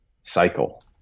cycle